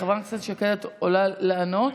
חברת הכנסת שקד, את עולה לענות?